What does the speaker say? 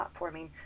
platforming